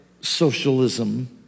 socialism